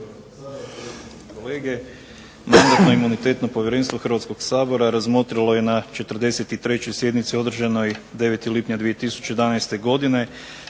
kolege. Mandatno-imunitetno povjerenstvo Hrvatskog sabora razmotrilo je na 43. sjednici održanoj 9. lipnja 2011. godine